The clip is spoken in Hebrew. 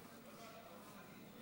התשע"ח 2018,